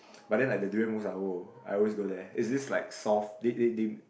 but like the durian mousse ah !woah! I always go there is this like soft they they they